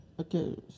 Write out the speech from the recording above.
Okay